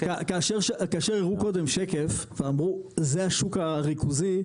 כאשר הראו קודם שקף ואמרו זה השוק הריכוזי,